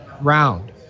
round